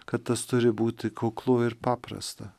kad tas turi būti kuklu ir paprasta